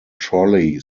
trolley